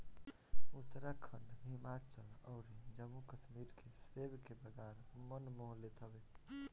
उत्तराखंड, हिमाचल अउरी जम्मू कश्मीर के सेब के बगान मन मोह लेत हवे